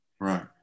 Right